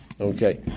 okay